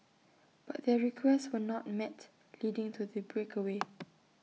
but their requests were not met leading to the breakaway